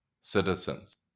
citizens